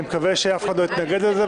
אני מקווה שאף אחד לא יתנגד לזה,